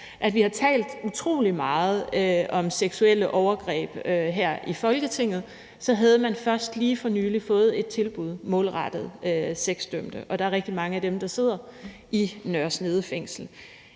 at vi har talt utrolig meget om seksuelle overgreb her i Folketinget, så havde man først lige for nylig fået et tilbud målrettet sexdømte, og der er rigtig mange af dem, der sidder i Nørre Snede Fængsel.